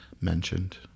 mentioned